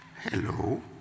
Hello